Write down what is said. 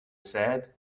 said